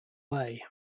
way